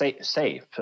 safe –